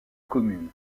commune